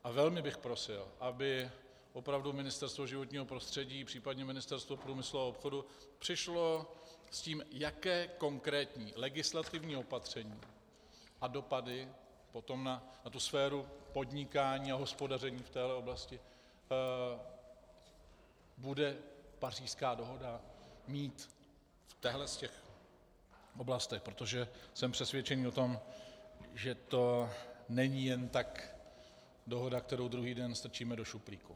A velmi bych prosil, aby opravdu Ministerstvo životního prostředí, případně Ministerstvo průmyslu a obchodu přišlo s tím, jaké konkrétní legislativní opatření a dopady na sféru podnikání a hospodaření v téhle oblasti bude Pařížská dohoda mít v těchto oblastech, protože jsem přesvědčený o tom, že to není jen tak dohoda, kterou druhý den strčíme do šuplíku.